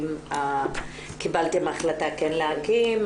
אם קיבלתם החלטה כן להקים,